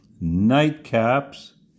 Nightcaps